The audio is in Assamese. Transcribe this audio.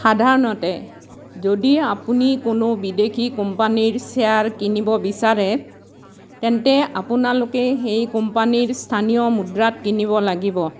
সাধাৰণতে যদি আপুনি কোনো বিদেশী কোম্পানীৰ শ্বেয়াৰ কিনিব বিচাৰে তেন্তে আপোনালোকে সেই কোম্পানীৰ স্থানীয় মুদ্ৰাত কিনিব লাগিব